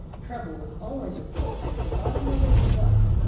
trouble was always afoot, and at the bottom of it was buck.